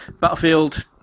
Battlefield